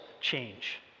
change